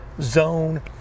zone